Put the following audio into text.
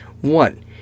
One